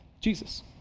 Jesus